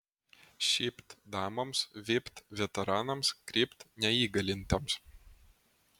šypt damoms vypt veteranams krypt neįgalintiems